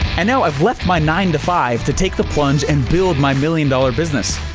and now i've left my nine to five, to take the plunge and build my million dollar business.